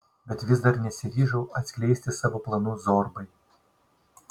bet vis dar nesiryžau atskleisti savo planų zorbai